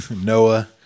Noah